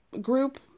group